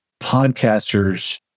podcasters